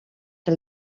que